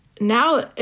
Now